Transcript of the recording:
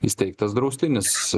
įsteigtas draustinis